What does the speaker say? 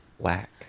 Black